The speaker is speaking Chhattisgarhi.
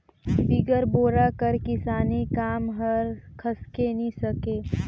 बिगर बोरा कर किसानी काम हर खसके नी सके